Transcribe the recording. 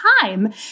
time